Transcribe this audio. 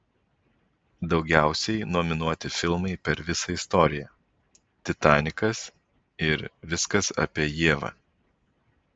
daugiausiai nominuoti filmai per visą istoriją titanikas ir viskas apie ievą